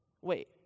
Wait